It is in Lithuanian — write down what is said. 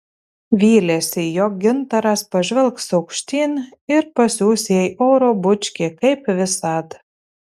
vylėsi jog gintaras pažvelgs aukštyn ir pasiųs jai oro bučkį kaip visad